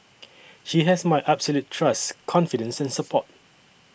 she has my absolute trust confidence and support